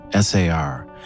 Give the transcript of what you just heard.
SAR